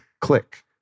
click